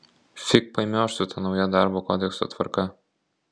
fig paimioš su ta nauja darbo kodekso tvarka